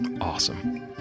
Awesome